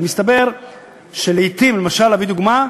מסתבר שלעתים, למשל, אביא דוגמה,